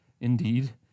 indeed